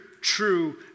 true